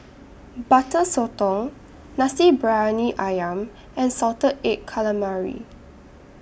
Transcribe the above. Butter Sotong Nasi Briyani Ayam and Salted Egg Calamari